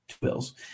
Bills